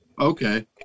okay